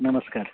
नमस्कार